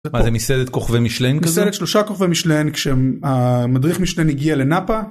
מה זה מסעדת כוכבי מישלן כזה? מסעדת 3 כוכבי מישלן כשהמדריך מישלן הגיע לנאפה.